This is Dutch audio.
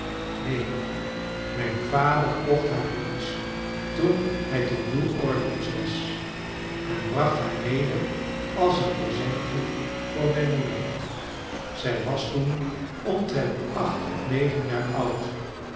neen mijn vader kocht haar eens toen hij te new-orleans was en bracht haar mede als een presentje voor mijne moeder zij was toen omtrent acht of negen jaar oud